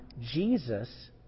Jesus